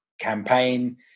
campaign